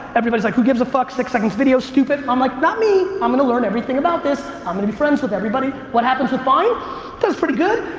everybody's like who gives a fuck, six second video's stupid. i'm like not me. i'm gonna learn everything about this. i'm gonna be friends with everybody. what happened to vine? it does pretty good.